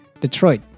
Detroit